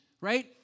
right